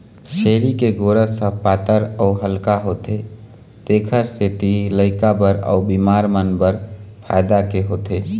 छेरी के गोरस ह पातर अउ हल्का होथे तेखर सेती लइका बर अउ बिमार मन बर फायदा के होथे